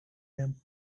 them